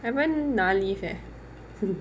haven't 拿 leave eh